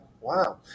wow